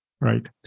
Right